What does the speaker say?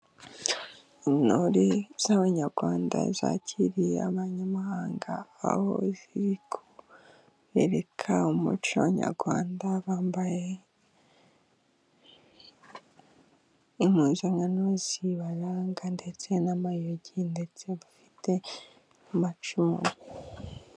Intore z'abanyarwanda zakiriye abanyamahanga, aho ziri kubereka umuco nyarwanda, bambaye impuzankano zibaranga ndetse n'amayugi ndetse bafite amacumu.